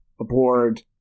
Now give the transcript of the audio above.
aboard